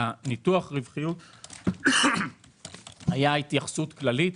בניתוח הרווחיות הייתה התייחסות כללית.